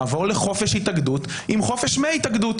נעבור לחופש התאגדות עם חופש מהתאגדות.